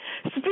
Speak